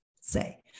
say